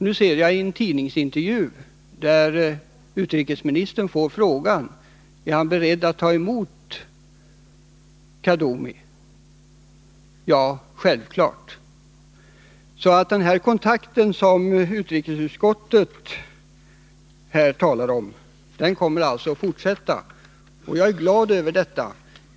Nr 35 Jag ser i en tidningsintervju att utrikesministern på frågan om han är Onsdagen den beredd att ta emot Farouk Kaddoumi svarat: Ja, självklart. 26 november 1980 Den kontakt som utrikesutskottet här talar om kommer alltså att fortsätta. Jag är glad över det.